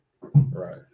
right